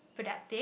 productive